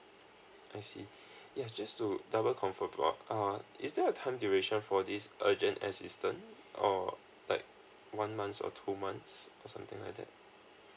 I see yes just to double confirm uh is there a time duration for this urgent assistance or like one month or two months or something like that